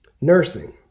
Nursing